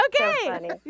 okay